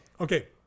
Okay